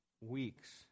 weeks